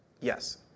yes